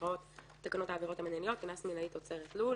שנקראות "תקנות העבירות המינהליות (קנס מינהלי תוצרת לול),